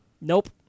Nope